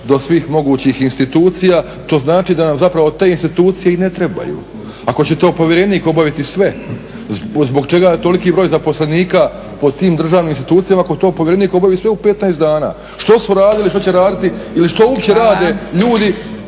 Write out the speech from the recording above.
do svih mogućih institucija, to znači da nam zapravo te institucije i ne trebaju ako će to povjerenik obaviti sve. Zbog čega je toliki broj zaposlenika po tim državnim institucijama ako to povjerenik obavi sve u 15 dana, što su radili, što će raditi ili što uopće rade ljudi